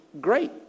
great